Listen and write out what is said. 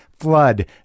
Flood